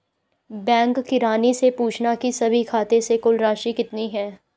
bank किरानी से पूछना की सभी खाते से कुल राशि कितनी है